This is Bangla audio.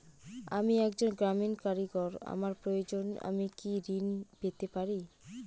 আমি একজন গ্রামীণ কারিগর আমার প্রয়োজনৃ আমি কি ঋণ পেতে পারি?